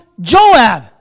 Joab